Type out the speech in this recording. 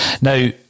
Now